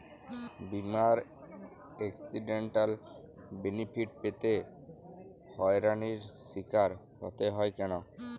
বিমার accidental benefit পেতে হয়রানির স্বীকার হতে হয় কেন?